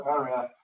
area